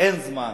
אין זמן.